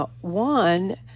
One